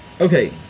Okay